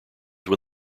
when